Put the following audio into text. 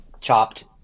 chopped